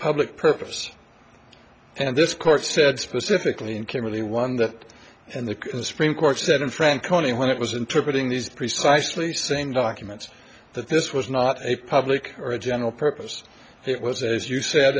public purpose and this court said specifically in kimberly one that and the supreme court said in franconia when it was interpreting these precisely same documents that this was not a public or general purpose it was as you sa